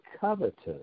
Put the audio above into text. covetous